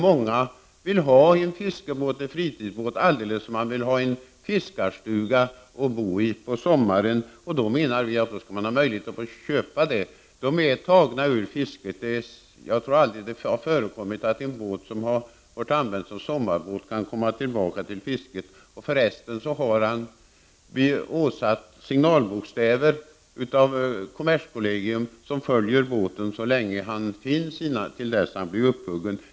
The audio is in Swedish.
Många vill ha en fiskebåt som fritidsbåt, liksom man vill ha en fiskarstuga att bo i på sommaren, och då skall det finnas möjlighet att köpa en båt. Jag tror inte att det har förekommit att en fiskebåt som har börjat användas som sommarbåt har återkommit i fisket. Båten blir dessutom av kommerskollegium åsatt signalbokstäver som följer båten så länge den går och till dess den blir upphuggen.